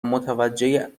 متوجه